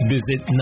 Visit